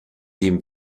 dem